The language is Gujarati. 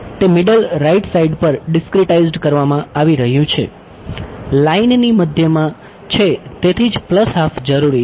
તે મિડલ રાઇટ સાઈડ પર ડિસક્રીટાઈઝડ કરવામાં આવી રહ્યું છે લાઇનની મધ્યમાં છે તેથી જ પ્લસ હાફ જરૂરી છે